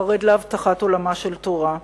חרד להבטחת עולמה של תורה,